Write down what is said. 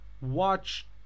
watch